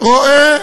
רואה